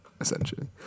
essentially